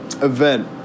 event